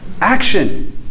Action